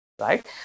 right